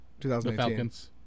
2018